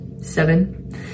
seven